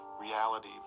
reality